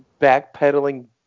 backpedaling